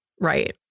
right